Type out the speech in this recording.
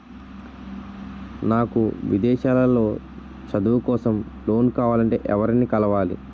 నాకు విదేశాలలో చదువు కోసం లోన్ కావాలంటే ఎవరిని కలవాలి?